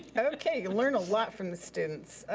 okay, you learn a lot from the students.